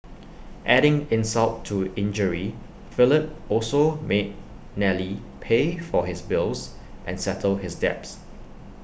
adding insult to injury Philip also made Nellie pay for his bills and settle his debts